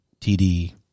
TD